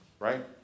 right